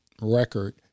record